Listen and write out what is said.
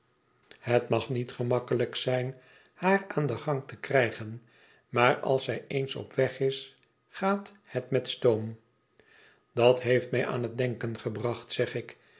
het mag niet gemakkelijk zijn haar aan den gang te krijgen maar als zij eens op weg is gaat het met stoom dat heeft mij aan het denken gebracht zeg ik